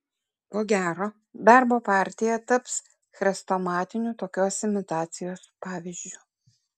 ko gero darbo partija taps chrestomatiniu tokios imitacijos pavyzdžiu